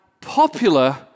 popular